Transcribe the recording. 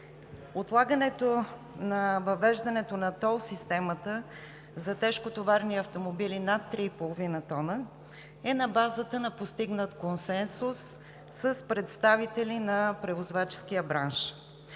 Отлагането на въвеждането на тол системата за тежкотоварни автомобили над 3,5 тона е на базата на постигнат консенсус с представители на превозваческия бранш.